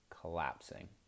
collapsing